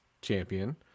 champion